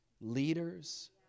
leaders